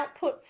outputs